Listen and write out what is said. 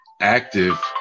active